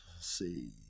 see